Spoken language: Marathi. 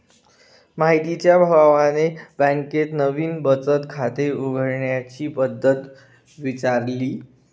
मोहितच्या भावाने बँकेत नवीन बचत खाते उघडण्याची पद्धत विचारली